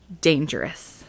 dangerous